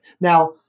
Now